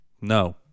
No